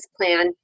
plan